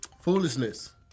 Foolishness